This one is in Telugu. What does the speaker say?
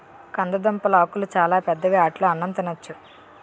కందదుంపలాకులు చాలా పెద్దవి ఆటిలో అన్నం తినొచ్చు